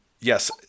yes